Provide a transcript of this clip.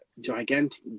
gigantic